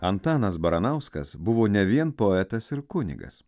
antanas baranauskas buvo ne vien poetas ir kunigas